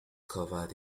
covered